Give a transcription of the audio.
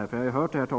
Jag har tidigare hört talet